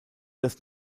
das